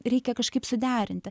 reikia kažkaip suderinti